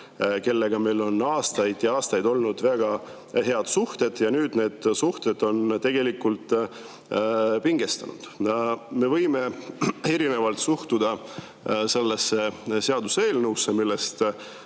kellega meil on aastaid ja aastaid olnud väga head suhted, ja nüüd need suhted on pingestunud. Me võime suhtuda erinevalt sellesse seaduseelnõusse, millest